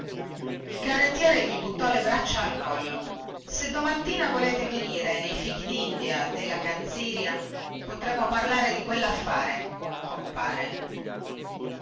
il carrettiere gli buttò le braccia al collo se domattina volete venire nei fichidindia della canziria potremo parlare di quellaffare compare